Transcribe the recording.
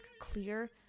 clear